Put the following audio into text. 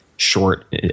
short